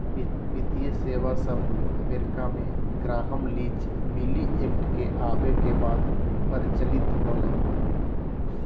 वित्तीय सेवा शब्द अमेरिका मे ग्रैहम लीच बिली एक्ट के आवे के बाद प्रचलित होलय